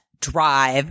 drive